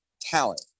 talent